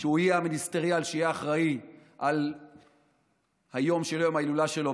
שהוא יהיה המיניסטר שיהיה אחראי על היום של ההילולה שלו,